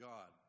God